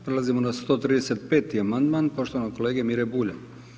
Prelazimo na 135. amandman poštovanog kolege Mire Bulja.